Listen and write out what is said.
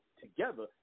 together